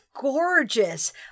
gorgeous